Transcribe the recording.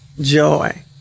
Joy